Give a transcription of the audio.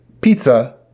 pizza